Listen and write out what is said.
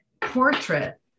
portrait